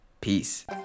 Peace